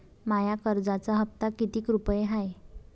माया कर्जाचा हप्ता कितीक रुपये हाय?